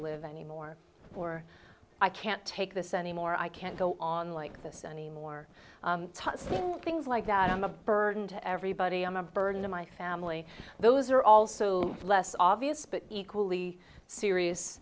anymore or i can't take this anymore i can't go on like this anymore things like that i'm a burden to everybody i'm a burden to my family those are also less obvious but equally serious